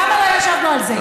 למה לא ישבנו על זה?